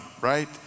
right